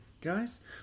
guys